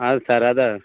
அதான் சார் அதான்